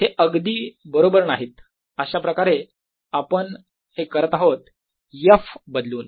हे अगदी बरोबर नाहीत अशाप्रकारे आपण हे करत आहोत f बदलून